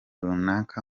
runaka